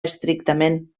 estrictament